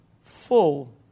full